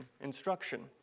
instruction